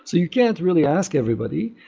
so you can't really ask everybody,